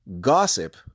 gossip